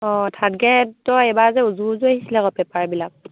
অঁ থাৰ্ড গ্ৰেডৰ এইবাৰ যে উজু উজু আহিছিলে আকৌ পেপাৰবিলাক